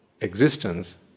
existence